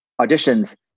auditions